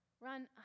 run